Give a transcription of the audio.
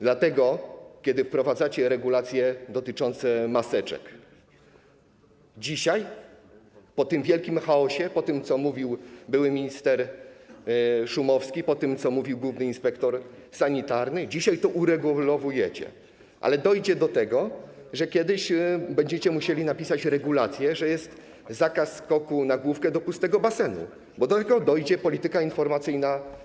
Dzisiaj wprowadzacie regulacje dotyczące maseczek, po tym wielkim chaosie, po tym, co mówił były minister Szumowski, po tym, co mówił główny inspektor sanitarny, dzisiaj to regulujecie, ale dojdzie do tego, że kiedyś będziecie musieli napisać regulacje dotyczące zakazu skoku na główkę do pustego basenu, bo do tego dotrze polityka informacyjna w państwie.